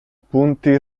punti